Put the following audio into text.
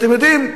אתם יודעים,